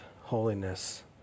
holiness